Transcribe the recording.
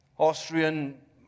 Austrian